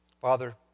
Father